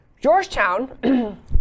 Georgetown